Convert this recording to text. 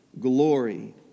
glory